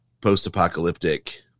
post-apocalyptic